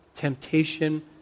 Temptation